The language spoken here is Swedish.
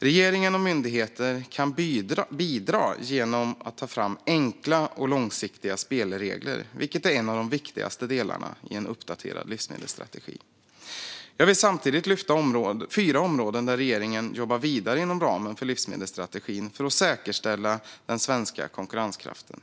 Regering och myndigheter kan bidra genom att ta fram enkla och långsiktiga spelregler, vilket är en av de viktigaste delarna i en uppdaterad livsmedelsstrategi. Jag vill samtidigt lyfta fram fyra områden där regeringen jobbar vidare inom ramen för livsmedelsstrategin för att säkerställa den svenska konkurrenskraften.